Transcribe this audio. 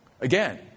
Again